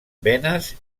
venes